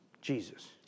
Jesus